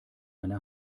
eine